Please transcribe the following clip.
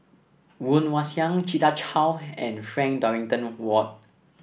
Woon Wah Siang Rita Chao and Frank Dorrington Ward